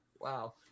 Wow